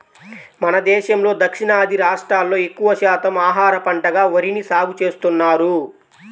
మన దేశంలో దక్షిణాది రాష్ట్రాల్లో ఎక్కువ శాతం ఆహార పంటగా వరిని సాగుచేస్తున్నారు